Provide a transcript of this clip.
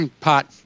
Pot